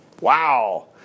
Wow